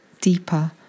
deeper